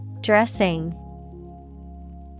Dressing